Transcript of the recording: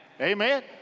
Amen